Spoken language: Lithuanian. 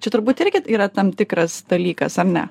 čia turbūt irgi yra tam tikras dalykas ar ne